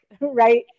right